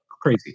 crazy